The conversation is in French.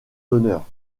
d’honneur